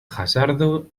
hazardo